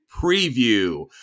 Preview